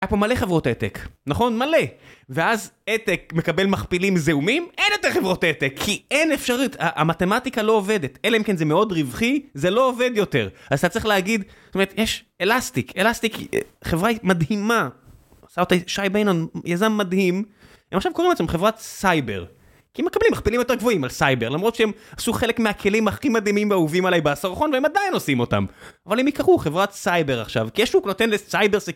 היה פה מלא חברות העתק, נכון? מלא! ואז עתק מקבל מכפילים זהומים? אין יותר חברות העתק! כי אין אפשריות! המתמטיקה לא עובדת, אלא אם כן זה מאוד רווחי, זה לא עובד יותר. אז אתה צריך להגיד, זאת אומרת, יש אלסטיק, אלסטיק, חברה מדהימה. עשה אותה שי ביינון, יזם מדהים. הם עכשיו קוראים לזה חברת סייבר. כי מקבלים מכפילים יותר גבוהים על סייבר, למרות שהם עשו חלק מהכלים הכי מדהימים ואהובים עליי בסרחון, והם עדיין עושים אותם. אבל הם יקראו חברת סייבר עכשיו, כי יש שוק נותן לסייבר שכיר.